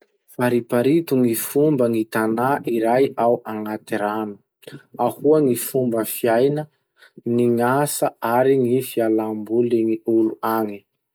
Fariparito gny fomba ny tanà iray ao agnaty rano. Ahoa gny fomba fiaigna, ny asa ary ny fialam-bolin'ny olo any?